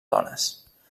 dones